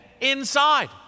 inside